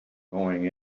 going